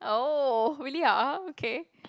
oh really ah oh okay